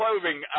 clothing